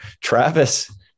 Travis